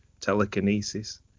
telekinesis